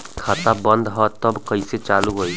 खाता बंद ह तब कईसे चालू होई?